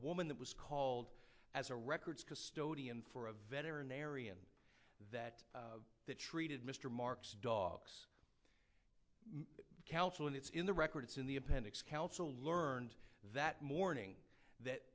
woman that was called as a records custodian for a veterinarian that treated mr marks dogs counsel and it's in the record it's in the appendix counsel learned that morning that